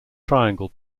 triangle